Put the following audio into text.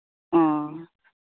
ᱚ